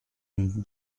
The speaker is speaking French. une